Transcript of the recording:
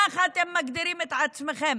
כך אתם מגדירים את עצמכם: